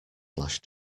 last